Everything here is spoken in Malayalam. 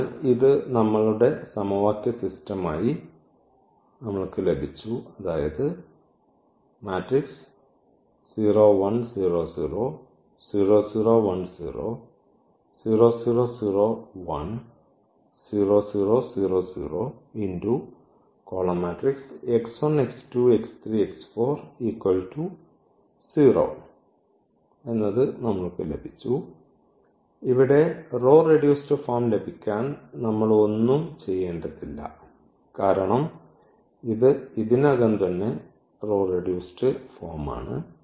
അതിനാൽ ഇത് നമ്മളുടെ സമവാക്യ സിസ്റ്റമായി നമ്മൾക്ക് ലഭിച്ചു ഇവിടെ റോ റെഡ്യൂസ്ഡ് ഫോം ലഭിക്കാൻ ഇവിടെ നമ്മൾ ഒന്നും ചെയ്യേണ്ടതില്ല കാരണം ഇത് ഇതിനകം തന്നെ റെഡ്യൂസ്ഡ് ഫോമാണ്